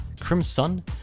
Crimson